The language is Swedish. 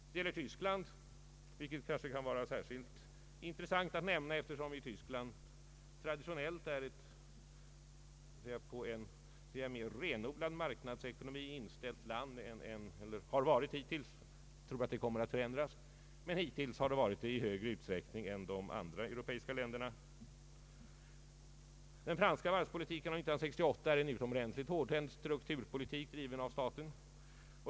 Så är fallet med Tyskland, vilket kan vara särskilt intressant att nämna, eftersom Tyskland traditionellt är ett på en mer renodlad marknadsekonomi =<: inställt land. Jag tror att det kommer att förändras, men hittills har Tyskland varit det i större utsträckning än de andra europeiska länderna. Den franska varvspolitiken av 1968 är en utomordentligt hårdhänt strukturpolitik driven av staten.